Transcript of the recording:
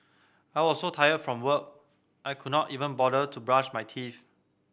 I was so tired from work I could not even bother to brush my teeth